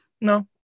no